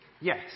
Yes